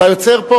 אתה יוצר פה